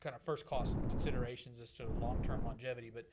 kind of first cost considerations as to long-term longevity. but